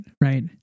right